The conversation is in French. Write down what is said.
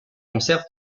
conserve